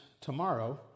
tomorrow